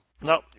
No